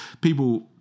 people